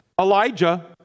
Elijah